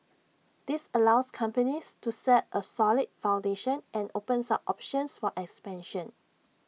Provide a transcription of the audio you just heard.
this allows companies to set A solid foundation and opens up options for expansion